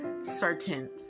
certain